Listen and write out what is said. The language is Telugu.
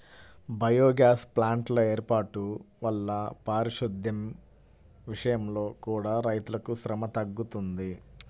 బయోగ్యాస్ ప్లాంట్ల వేర్పాటు వల్ల పారిశుద్దెం విషయంలో కూడా రైతులకు శ్రమ తగ్గుతుంది